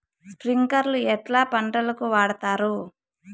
స్ప్రింక్లర్లు ఎట్లా పంటలకు వాడుతారు?